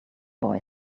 boy